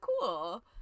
cool